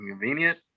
convenient